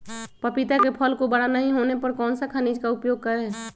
पपीता के फल को बड़ा नहीं होने पर कौन सा खनिज का उपयोग करें?